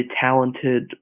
talented